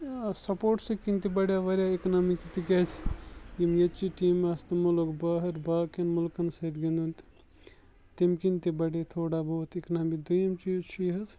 sports کِنۍ تہِ بَڑو واریاہ اِکنامِک تِکیازِ یِم ییٚتہِ چھِ ٹیٖمہٕ آسہٕ تِمو لوٚگ باہَر باقیَن مُلکَن سۭتۍ گِنٛدُن تہٕ تیمہِ کِنۍ تہِ بَڑے تھوڑا بہت اِکنامِی دویِم چیٖز چھُ یہِ حظ